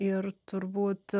ir turbūt